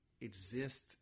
exist